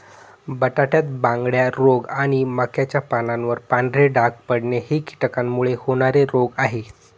बटाट्यात बांगड्या रोग आणि मक्याच्या पानावर पांढरे डाग पडणे हे कीटकांमुळे होणारे रोग आहे